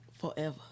forever